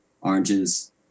oranges